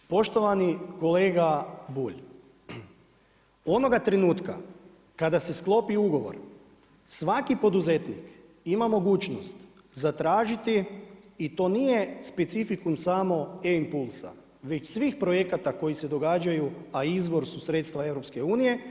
Poštovani kolega Bulj, onoga trenutka, kad se sklopi ugovor, svaki poduzetnik ima mogućnost zatražiti i to nije specifikum samo e-impulsa, već svih projekata koji se događaju, a izvor su sredstva EU.